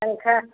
पंखा